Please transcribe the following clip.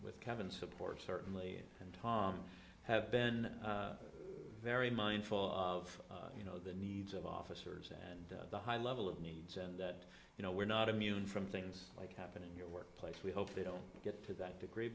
with kevin's support certainly and tom have been very mindful of you know the needs of officers and the high level of needs and you know we're not immune from things like happen in your workplace we hope they don't get to that degree